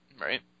Right